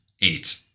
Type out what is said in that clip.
eight